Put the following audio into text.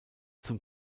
zum